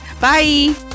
Bye